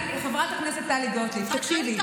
חברת הכנסת טלי גוטליב, תקשיבי.